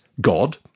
God